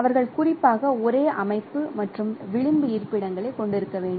அவர்கள் குறிப்பாக ஒரே அமைப்பு மற்றும் விளிம்பு இருப்பிடங்களைக் கொண்டிருக்க வேண்டும்